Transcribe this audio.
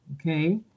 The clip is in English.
Okay